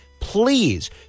please